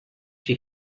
she